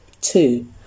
Two